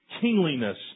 kingliness